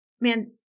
man